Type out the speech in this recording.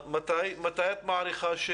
מתי את מעריכה ש